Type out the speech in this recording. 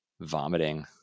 vomiting